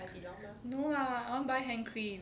no lah I want buy hand cream